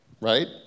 right